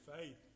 Faith